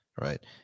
right